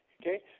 Okay